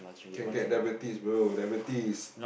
can get diabetes bro diabetes